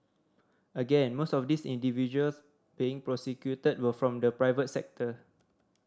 again most of these individuals being prosecuted were from the private sector